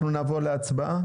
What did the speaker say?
אנחנו נעבור להצבעה.